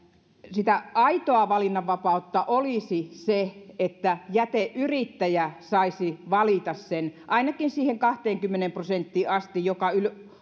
aitoa valinnanvapautta olisi se että jäteyrittäjä saisi valita sen ainakin siihen kahteenkymmeneen prosenttiin asti joka